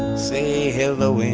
say hello in